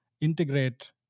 integrate